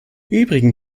übrigen